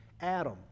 Adam